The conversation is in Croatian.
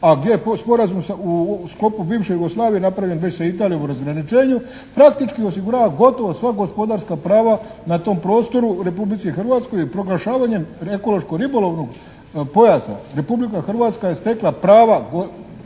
a gdje je to sporazum u sklopu bivše Jugoslavije napravljen već sa Italijom o razgraničenju. Praktički osigurava gotovo sva gospodarska prava na tom prostoru u Republici Hrvatskoj i proglašavanjem ekološko-ribolovnog pojasa. Republika Hrvatska je stekla prava